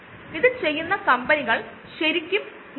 ഇത് യഥാർത്ഥ ഫാക്ടറികളിൽ ഉത്പാദിപ്പിക്കുന്ന ഉൽപ്പന്നങ്ങൾ ആണ്